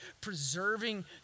Preserving